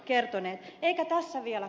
eikä tässä vielä kaikki